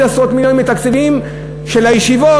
עשרות מיליונים מתקציבים של הישיבות.